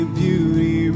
beauty